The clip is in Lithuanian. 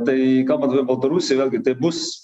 tai kalbant apie baltarusiją vėlgi tai bus